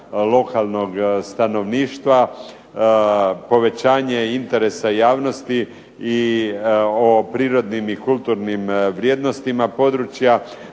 lokalnog stanovništva, povećanje interesa javnosti i o prirodnim i kulturnim vrijednostima područja.